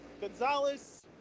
Gonzalez